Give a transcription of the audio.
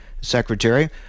secretary